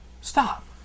Stop